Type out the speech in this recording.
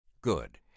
Good